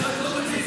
אני רק לא מבין,